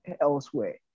elsewhere